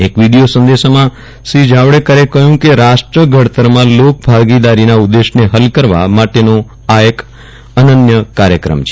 એક વિડિયો સંદેશામાં શ્રી જાવડેકરે કહ્યું કે રાષ્ટ્ર ઘડતરમાં લોકભાગીદારીના ઉદ્દેશને હલ કરવા માટેનો આ એક અનન્ય કાર્યક્રમ છે